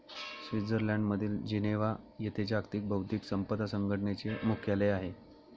स्वित्झर्लंडमधील जिनेव्हा येथे जागतिक बौद्धिक संपदा संघटनेचे मुख्यालय आहे